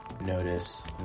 notice